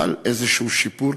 חל איזה שיפור,